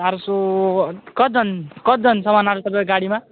चार सौ कतिजना कतिजनासम्म अँट्छ तपाईँको गाडीमा